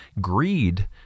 greed